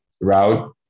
route